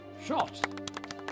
Shot